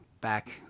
back